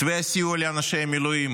מתווה הסיוע לאנשי מילואים